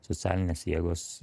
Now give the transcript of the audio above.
socialinės jėgos